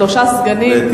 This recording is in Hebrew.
שלושה סגנים.